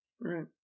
right